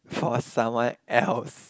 for someone else